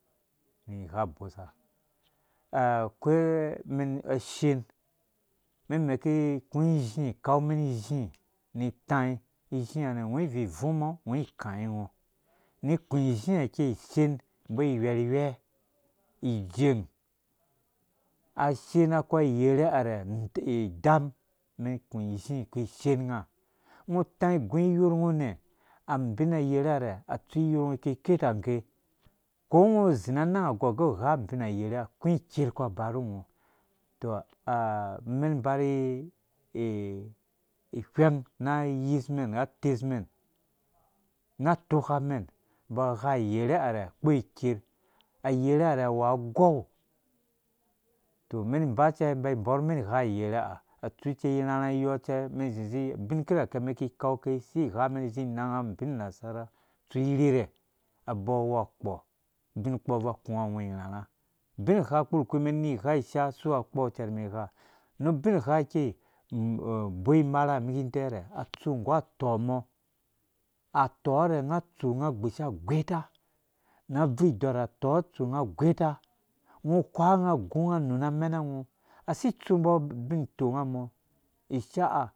Ni igha nbosa a akoi numɛm ashɛn umɛn imɛki iku izhii ikaumɛn izhii ni itai izhii ha nɛ ungo ivivumɔ ungo ikaingo umen iku izhii ikɛu ishen umbɔ ighwɛrhghwɛɛ id zɛng ashen akɔ ayɛrhe har rɛ idam umɛn iku izhii uku ishen unga ungo utai ugu uyorngo ikerketa ngngge ko ungo uzi na anang agou umbɔ age ungo ugha bin ayerhe aku iker aba ru ungo tɔ umen inba ri ihweng na ayismɛn na atɛsmɛn na atokamɛn umbo agha ayerheha rɛ akpo iker ayɛrhe ha rɛ awu agou tɔ umɛn inba cɛ inbainbɔrh kumɛn igha ayerhe ha atsu ce irharha iyɔɔ cɛ umɛn izi izi abin kirake umɛn ki ikau ka si ighamɛn izi nanga anbi nasara atsu irherhɛ abɔɔ awu akpɔ ubin kɔ abvui a kuwa ungo irharha ubingha ukpurkpi umɛn iki ni ighaa isha si wea ukpɔ cɛrɛ umɛn igha nu ubingha ikɛi uboi imerha mi ki indeyiwa rɛ atsu nggu atɔɔ mɔ atɔɔ rɛ unga atsu unga gbisha agweta na abvurh idɔɔrha atɔɔ unga atsu unga agweta ungo whwe unga ugu unga anu na amɛnango asi itsu mbɔ ubin itonga mɔ isha ha